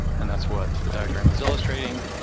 and that's what the background is illustrating.